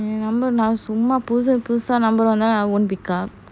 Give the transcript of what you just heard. நான் சொன்னா புதுசா புதுசா நம்புவாங்க:nan sonna pudhusa pudhusa nambuvanga avantika